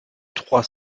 trois